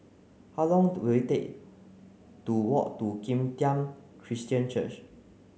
how long will it take to walk to Kim Tian Christian Church